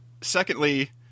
secondly